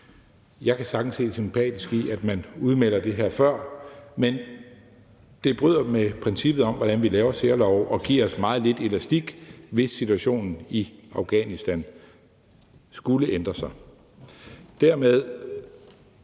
Jeg kan sagtens se det sympatiske i, at man udmelder det her før, men det bryder med princippet om, hvordan vi laver særlove, og giver os meget lidt elastik, hvis situationen i Afghanistan skulle ændre sig. Dermed